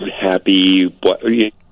happy